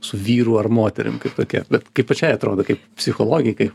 su vyru ar moterim kaip tokia bet kaip pačiai atrodo kaip psichologei kai